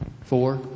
Four